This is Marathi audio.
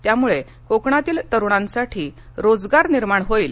यामुळे कोकणातील तरुणांसाठी रोजगार निर्माण होईल